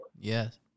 yes